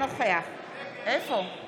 בעד מאי גולן, נגד איתן גינזבורג,